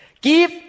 give